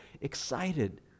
excited